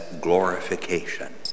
glorification